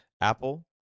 Apple